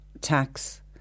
tax